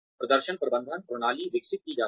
प्रदर्शन प्रबंधन प्रणाली विकसित की जाती है